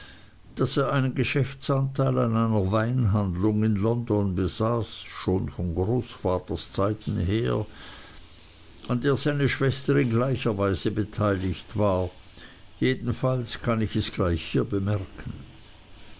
daß er einen geschäftsanteil an einer weinhandlung in london besaß schon von großvaters zeiten her an der seine schwester in gleicher weise beteiligt war jedenfalls kann ich es gleich hier bemerken